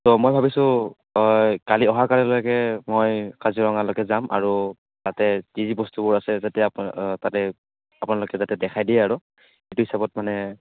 ত' মই ভাবিছোঁ কালি অহাকালিলৈকে মই কাজিৰঙালৈকে যাম আৰু তাতে যি যি বস্তুবোৰ আছে যাতে আপোনা তাতে আপোনালোকে যাতে দেখাই দিয়ে আৰু সেইটো হিচাপত মানে